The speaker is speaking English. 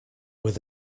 with